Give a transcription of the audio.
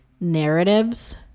narratives